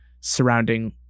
surrounding